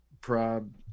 prob